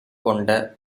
கொண்ட